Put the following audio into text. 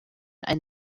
ein